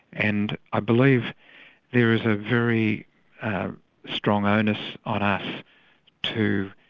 and i believe there is a very strong onus on us to